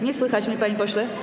Nie słychać mnie, panie pośle?